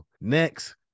next